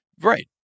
Right